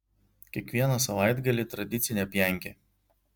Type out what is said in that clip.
kiekvieną savaitgalį tradicinė pjankė